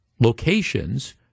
locations